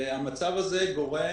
המצב הזה גורם,